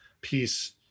piece